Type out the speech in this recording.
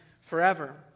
forever